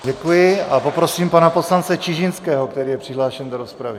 Děkuji a poprosím pana poslance Čižinského, který je přihlášen do rozpravy.